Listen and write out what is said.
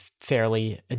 fairly